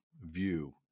view